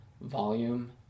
volume